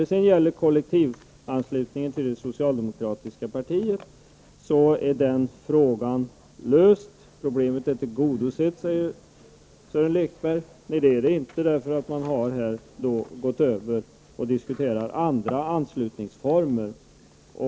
Frågan om kollektivanslutningen till det socialdemokratiska partiet är löst, och kraven på en lösning av problemet är tillgodosedda, säger Sören Lekberg. Men så är inte fallet, eftersom man nu har gått över till att diskutera andra anslutningsformer.